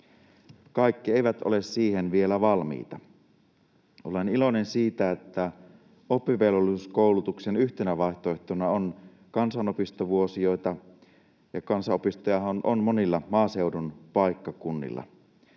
Kaikki eivät ole siihen vielä valmiita. Olen iloinen siitä, että oppivelvollisuuskoulutuksen yhtenä vaihtoehtona on kansanopistovuosi, ja kansanopistojahan on monilla maaseudun paikkakunnilla.